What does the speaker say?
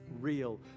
real